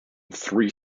three